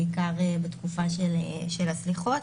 בעיקר בתקופה של הסליחות,